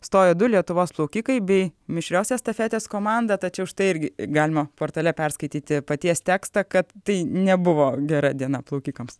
stojo du lietuvos plaukikai bei mišrios estafetės komanda tačiau štai irgi galima portale perskaityti paties tekstą kad tai nebuvo gera diena plaukikams